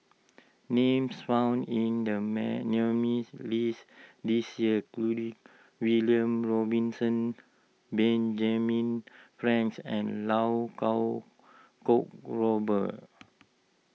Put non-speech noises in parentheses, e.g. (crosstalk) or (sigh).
names found in the (unintelligible) list this year include William Robinson Benjamin Frank and Lau Kuo Kwong Robert